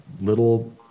little